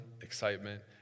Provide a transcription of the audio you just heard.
excitement